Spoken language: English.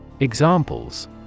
Examples